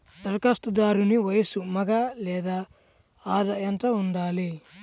ధరఖాస్తుదారుని వయస్సు మగ లేదా ఆడ ఎంత ఉండాలి?